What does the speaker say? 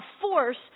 force